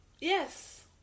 Yes